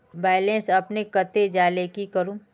Balance अपने कते जाले की करूम?